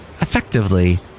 Effectively